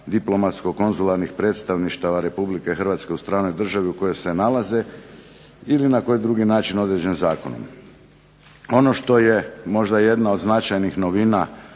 diplomatsko-konzularnih predstavništava Republike Hrvatske u stranoj državi u kojoj se nalaze, ili na koji drugi način određen zakonom. Ono što je možda jedno od značajnih novina